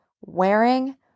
wearing